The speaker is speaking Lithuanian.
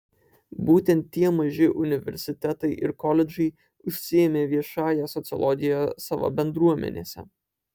būtent tie maži universitetai ir koledžai užsiėmė viešąja sociologija savo bendruomenėse